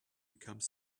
become